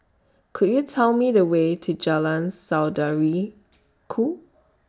Could YOU Tell Me The Way to Jalan Saudara Ku